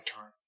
turn